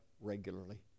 regularly